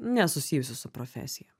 nesusijusius su profesija